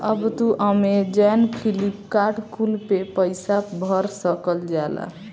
अब तू अमेजैन, फ्लिपकार्ट कुल पे पईसा भर सकल जाला